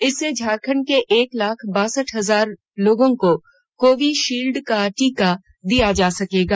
इससे झारखंड के एक लाख बासठ हजार लोगों को कोविशील्ड का टीका दिया जा सकेगा